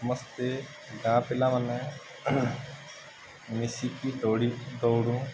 ସମସ୍ତେ ଗାଁ ପିଲାମାନେ ମିଶିକି ଦୌଡ଼ି ଦୌଡ଼ୁ